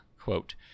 quote